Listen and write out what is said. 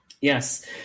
Yes